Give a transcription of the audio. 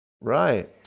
Right